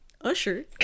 Usher